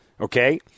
okay